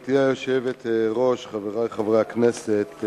גברתי היושבת-ראש, חברי חברי הכנסת,